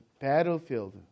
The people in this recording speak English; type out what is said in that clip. battlefield